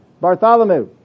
Bartholomew